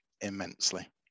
immensely